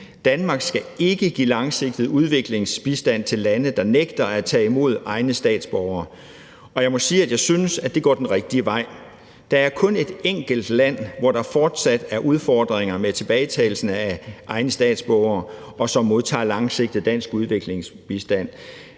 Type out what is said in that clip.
Danmark skal ikke give langsigtet udviklingsbistand til lande, der nægter at tage imod egne statsborgere, og jeg må sige, at jeg synes, det går den rigtige vej. Der er kun et enkelt land, hvor der fortsat er udfordringer med tilbagetagelsen af egne statsborgere, og som modtager langsigtet dansk udviklingsbistand,